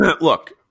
Look